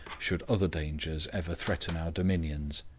should other dangers ever threaten our dominions.